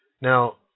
Now